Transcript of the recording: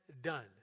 done